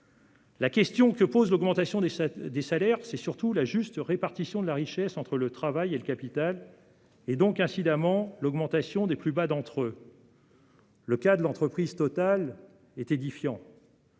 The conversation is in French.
autour de l'augmentation des salaires, c'est surtout celle de la juste répartition de la richesse entre le travail et le capital et, incidemment, de l'augmentation des plus bas d'entre eux. Le cas de l'entreprise TotalEnergies